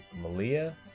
Malia